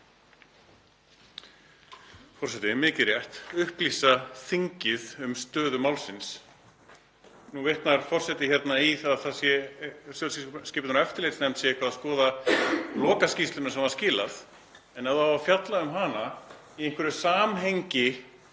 Forseti. Mikið rétt, upplýsa þingið um stöðu málsins. Nú vitnar forseti í að stjórnskipunar- og eftirlitsnefnd sé eitthvað að skoða lokaskýrsluna sem var skilað en ef það á að fjalla um hana í einhverju samhengi